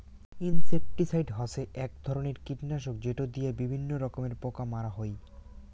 insecticide হসে এক ধরণের কীটনাশক যেটো দিয়া বিভিন্ন রকমের পোকা মারা হই